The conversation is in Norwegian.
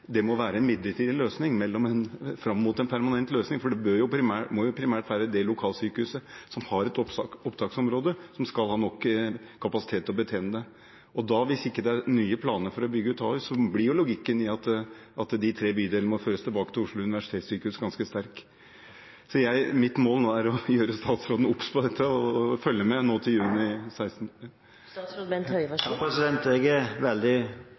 ha nok kapasitet til å betjene det. Hvis det ikke er nye planer for å bygge ut Ahus, blir jo logikken i at de tre bydelene må føres tilbake til Oslo universitetssykehus, ganske sterk. Mitt mål nå er å gjøre statsråden obs på dette og følge med fram til juni. Jeg har veldig stor oppmerksomhet rettet mot det som representanten Bøhler sier. Jeg er også av den oppfatning at det alltid vil være en fordel om pasientene og fastlegene i et område er veldig